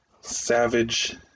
savage